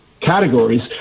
categories